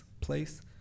place